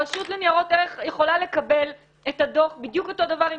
הרשות לניירות ערך יכולה לקבל את הדוח בדיוק אותו דבר עם